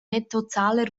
nettozahler